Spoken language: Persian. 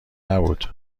نبود